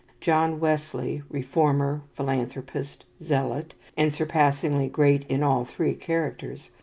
john wesley, reformer, philanthropist, zealot, and surpassingly great in all three characters,